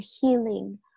healing